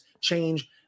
change